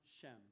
Shem